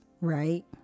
right